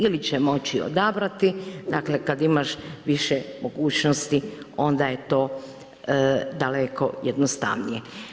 Ili će moći odabrati, dakle kad imaš više mogućnosti onda je to daleko jednostavnije.